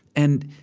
and,